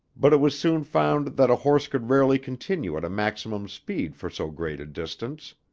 but it was soon found that a horse could rarely continue at a maximum speed for so great a distance.